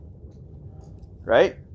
Right